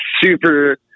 super